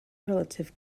relative